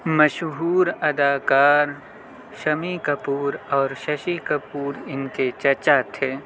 مشہور اداکار شمی کپور اور ششی کپور ان کے چچا تھے